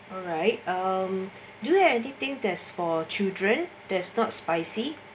alright uh do you have any things for children that's not spicy